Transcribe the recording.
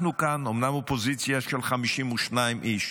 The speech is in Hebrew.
אנחנו כאן אומנם אופוזיציה של 52 איש,